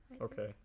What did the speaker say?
Okay